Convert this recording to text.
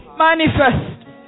Manifest